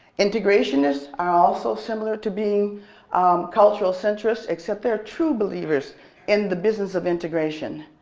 intergrationists are also similar to being cultural centrists except they're true believers in the business of integration.